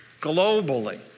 globally